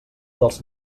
dels